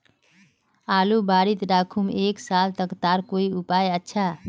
आलूर बारित राखुम एक साल तक तार कोई उपाय अच्छा?